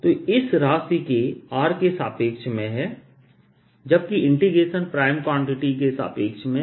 3 तो यह इस राशि के r के सापेक्ष में है जबकि इंटीग्रेशन प्राइम क्वांटिटी के सापेक्ष में है